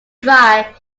dry